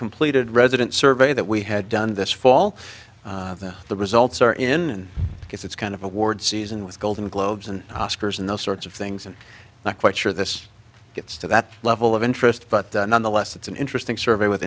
completed resident survey that we had done this fall the results are in it's kind of award season with golden globes and oscars and those sorts of things i'm not quite sure this gets to that level of interest but nonetheless it's an interesting survey with